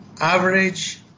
average